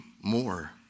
more